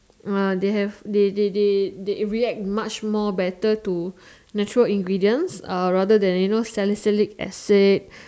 uh they have they they they react much more better to natural ingredients uh rather than you know salicylic acid